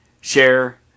share